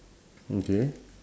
okay